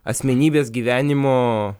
asmenybės gyvenimo